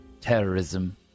terrorism